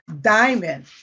DIAMOND